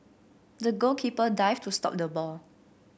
the goalkeeper dived to stop the ball